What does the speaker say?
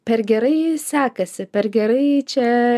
per gerai sekasi per gerai čia